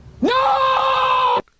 No